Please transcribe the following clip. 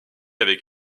avec